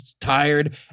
tired